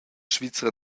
svizra